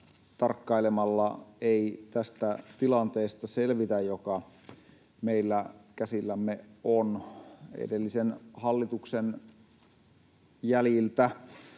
tarkkailemalla ei selvitä tästä tilanteesta, joka meillä käsillämme on. Edellisen hallituksen jäljiltä